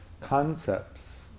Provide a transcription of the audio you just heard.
concepts